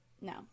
No